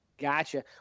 gotcha